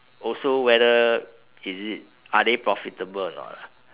also whether is it are they profitable or not lah